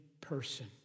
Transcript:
person